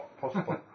possible